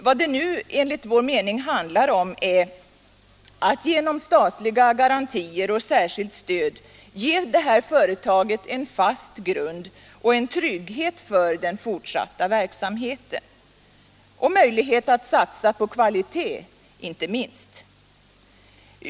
Vad det nu enligt vår mening handlar om är att genom statliga garantier och särskilt stöd ge det här företaget en fast grund och en trygghet för den fortsatta verksamheten och en möjlighet att satsa på kvalitet, inte minst.